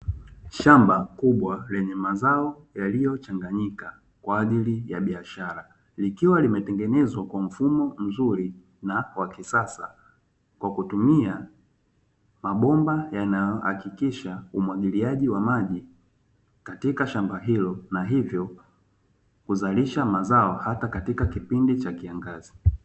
Shamba kubwa lenye mazao yaliyochanganyika kwa ajili ya biashara, likiwa limetengenezwa kwa mfumo mzuri na wa kisasa, kwa kutumia mabomba yanayohakikisha umwagiliaji wa maji katika shamba hilo, na hivyo kuzalisha mazao hata katika kipindi cha kiangazi.